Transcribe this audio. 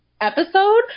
episode